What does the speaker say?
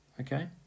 okay